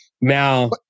Now